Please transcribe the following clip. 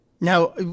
Now